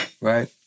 right